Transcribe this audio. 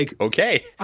Okay